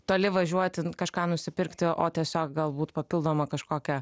toli važiuoti n kažką nusipirkti o tiesiog galbūt papildoma kažkokia